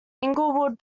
inglewood